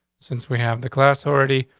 since we have the class authority,